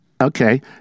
okay